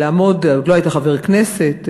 ועוד לא היית חבר כנסת,